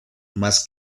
más